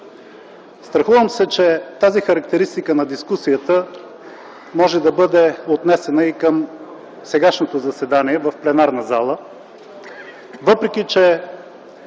Страхувам се, че тази характеристика на дискусията може да бъде отнесена и към сегашното заседание в пленарната зала, въпреки че,